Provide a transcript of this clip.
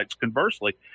conversely